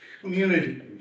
community